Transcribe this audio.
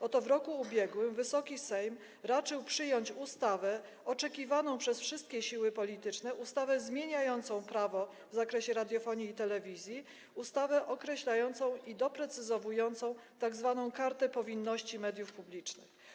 Oto w roku ubiegłym Wysoki Sejm raczył przyjąć ustawę oczekiwaną przez wszystkie siły polityczne, ustawę zmieniającą prawo w zakresie radiofonii i telewizji, określającą i doprecyzowującą tzw. kartę powinności mediów publicznych.